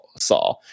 saw